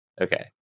Okay